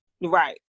Right